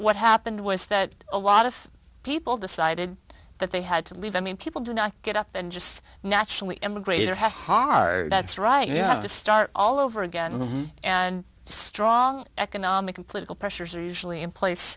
what happened was that a lot of people decided that they had to leave i mean people do not get up and just naturally emigrate it has hard that's right you know to start all over again and strong economic and political pressures are usually in place